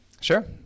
Sure